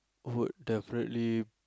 would have really